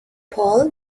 paul